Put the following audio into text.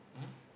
um